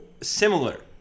similar